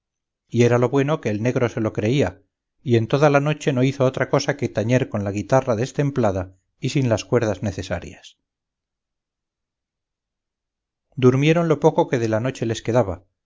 y era lo bueno que el negro se lo creía y en toda la noche no hizo otra cosa que tañer con la guitarra destemplada y sin las cuerdas necesarias durmieron lo poco que de la noche les quedaba